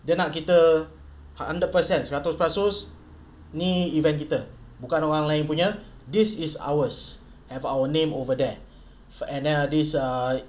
dia nak kita hundred percent seratus peratus ni event kita bukan orang lain punya this is ours have our name over there for and then of this uh